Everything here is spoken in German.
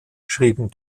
schrieben